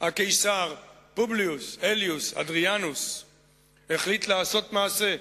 הקיסר פובליוס אליוס אדריאנוס החליט לעשות מעשה,